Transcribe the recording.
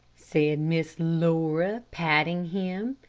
said miss laura, patting him.